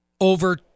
Over